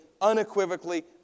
unequivocally